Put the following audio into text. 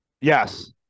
Yes